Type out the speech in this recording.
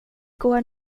går